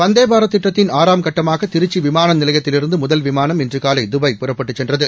வந்தேபாரத் திட்டத்தின் ஆறாம் கட்டமாக திருச்சி விமான நிலையத்திலிருந்து முதல் விமானம் இன்று காலை துபாய் புறப்பட்டுச் சென்றது